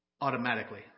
automatically